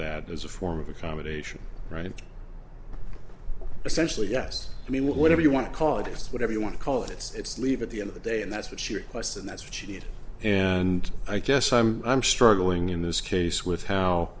that as a form of accommodation right and essentially yes i mean whatever you want to call it whatever you want to call it it's leave at the end of the day and that's what she requested that she did and i guess i'm i'm struggling in this case with how